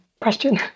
question